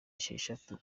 esheshatu